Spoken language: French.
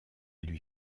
lui